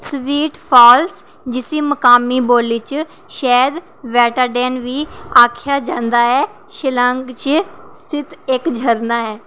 sweet Falls जिसी मकामी बोल्ली च शायद वैटाडेन बी आखेआ जंदा ऐ शिलांग च स्थित इक झरना ऐ